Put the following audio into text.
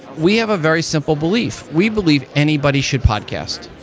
we have a very simple belief. we believe anybody should podcast,